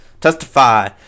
Testify